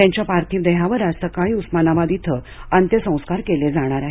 त्यांच्या पार्थिव देहावर आज सकाळी उस्मानाबाद इथं अंत्यसंस्कार केले जाणार आहेत